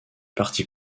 parti